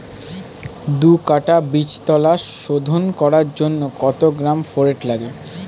দু কাটা বীজতলা শোধন করার জন্য কত গ্রাম ফোরেট লাগে?